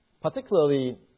particularly